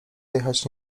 jechać